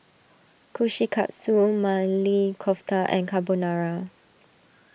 Kushikatsu Maili Kofta and Carbonara